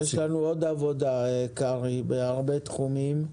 יש לנו עוד עבודה, קרעי, בהרבה תחומים.